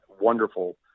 wonderful